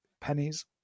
pennies